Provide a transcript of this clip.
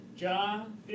John